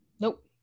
Nope